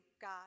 God